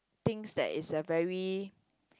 thinks that is a very